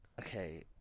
Okay